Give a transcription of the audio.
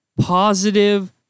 positive